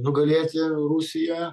nugalėti rusiją